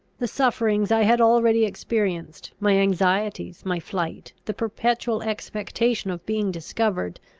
the sufferings i had already experienced, my anxieties, my flight, the perpetual expectation of being discovered,